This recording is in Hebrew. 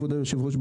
כבוד היושב-ראש,